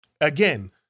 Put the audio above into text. Again